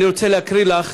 אני רוצה להקריא לך